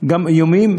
גם איומים,